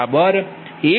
01792